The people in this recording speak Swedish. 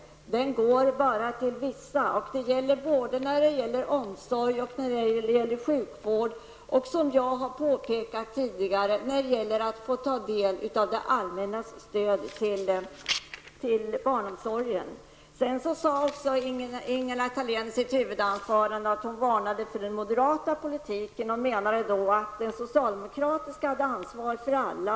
Välfärden går bara till vissa inom omsorg, sjukvård och, vilket jag har påpekat tidigare, när det gäller att få ta del av det allmännas stöd till barnomsorgen. Ingela Thalén varnade i sitt huvudanförande också för den moderata politiken. Hon menade att i den socialdemokratiska politiken tog man ansvar för alla.